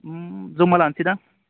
जमा लानोसै दां